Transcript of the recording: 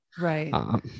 Right